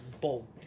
bold